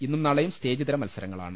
ഇന്നും നാളെയും സ്റ്റേജിതര മത്സരങ്ങളാണ്